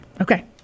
Okay